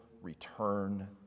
return